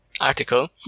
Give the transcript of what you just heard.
article